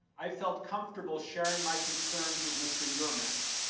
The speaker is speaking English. i felt comfortable sharing my concerns with mr. yermak.